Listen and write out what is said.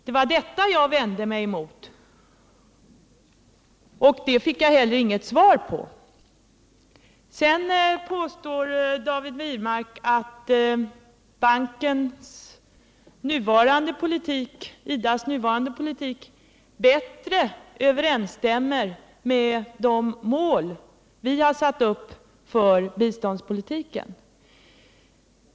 Det var detta jag vände mig emot, och på den punkten fick jag inte något Sedan påstår David Wirmark att IDA:s nuvarande politik bättre överensstämmer med de mål vi har satt upp för biståndspolitiken.